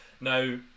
now